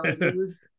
use